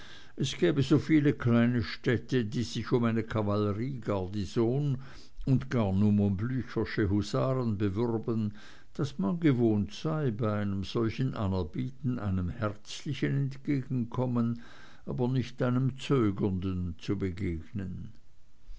es gäbe so viele kleine städte die sich um eine kavalleriegarnison und nun gar um blüchersche husaren bewürben daß man gewohnt sei bei solchem anerbieten einem herzlichen entgegenkommen aber nicht einem zögernden zu begegnen